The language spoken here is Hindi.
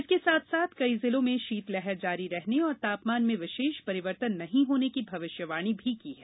इसके साथ साथ कई जिलो में शीत लहर जारी रहने और तापमान में विशेष परिवर्तन नहीं होने की भविष्यवाणी की है